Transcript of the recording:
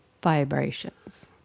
vibrations